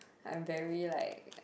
I'm very like